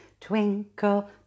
twinkle